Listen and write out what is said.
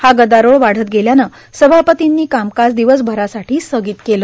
हा गदारोळ वाढत गेल्यानं सभापतींनी कामकाज दिवसभरासाठी स्थगित केलं